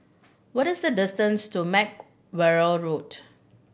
what is the distance to Mack Road